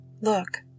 Look